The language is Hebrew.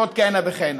ועוד כהנה וכהנה,